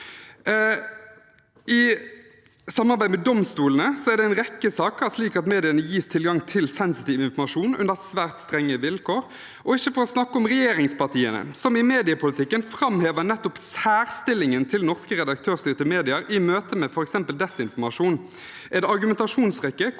I samarbeidet med domstolene er det i en rekke saker slik at mediene gis tilgang til sensitiv informasjon, under svært strenge vilkår. Og for ikke å snakke om regjeringspartiene – de framhever i mediepolitikken nettopp særstillingen til norske redaktørstyrte medier i møte med f.eks. desinformasjon, en argumentasjonsrekke